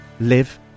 live